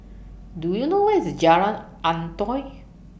Do YOU know Where IS Jalan Antoi